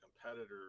competitors